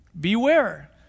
Beware